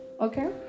okay